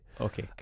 Okay